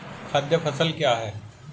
खाद्य फसल क्या है?